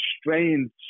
strange